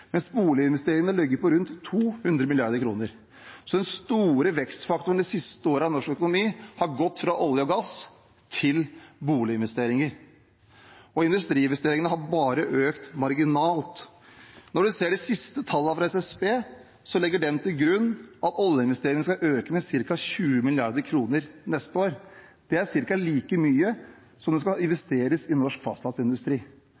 mens boliginvesteringene har ligget på rundt 200 mrd. kr. Så den store vekstfaktoren de siste årene i norsk økonomi har gått fra å være olje og gass til å være boliginvesteringer. Industriinvesteringene har økt bare marginalt. Når man ser de siste tallene fra SSB, legger de til grunn at oljeinvesteringene skal øke med ca. 20 mrd. kr neste år. Det er cirka like mye som det skal